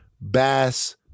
bass